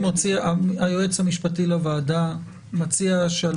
היועץ המשפטי לוועדה ממליץ יחד עם חבר הכנסת סעדי,